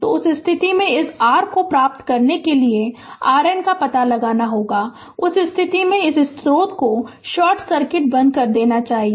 तो उस स्थिति में इस r को प्राप्त करने के लिए RN का पता लगाना होगा उस स्थिति में इस स्रोत को शॉर्ट सर्किट बंद कर देना चाहिए